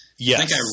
Yes